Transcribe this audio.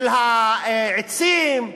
של העצים,